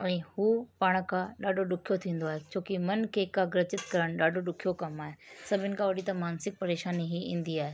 ऐं हू पाण खां ॾाढो ॾुखियो थींदो आहे छोकी मन खे एकाग्रजित करणु ॾाढो ॾुखियो कमु आहे सभिनि खां वॾी त मानसिक परेशानी ई ईंदी आहे